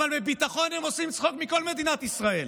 אבל בביטחון הם עושים צחוק מכל מדינת ישראל.